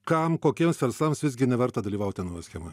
kam kokiems verslams visgi neverta dalyvauti nauje schemoj